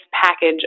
package